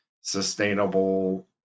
sustainable